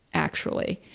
actually.